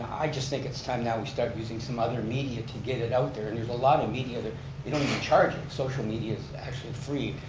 i just think it's time that we start using some other media to get it out there and there's a lot of media. they don't even charge it. social media is actually free.